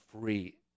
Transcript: free